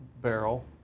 barrel